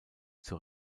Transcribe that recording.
zur